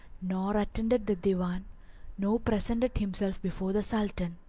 nor attended the divan nor presented himself before the sultan.